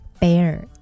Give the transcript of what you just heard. bear